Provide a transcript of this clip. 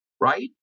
right